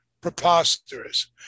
preposterous